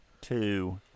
two